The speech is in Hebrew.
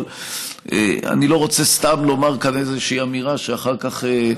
אבל אני לא רוצה סתם לומר כאן איזושהי אמירה שאחר כך,